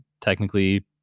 technically